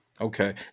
Okay